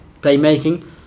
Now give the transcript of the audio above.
playmaking